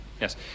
yes